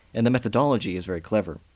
and the methodology is very clever.